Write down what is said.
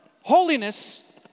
Holiness